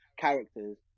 characters